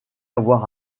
avoir